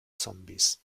zombies